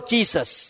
Jesus